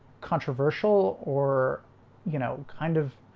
controversial or you know kind of